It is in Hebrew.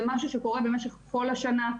זה משהו שקורה במשך כל השנה.